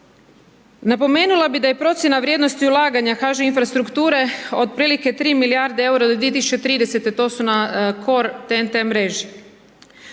Napomenula bi da je procjena vrijednosti ulaganja HŽ infrastrukture otprilike 3 milijarde eura do 2030., to su na core TNT mreži.